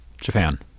Japan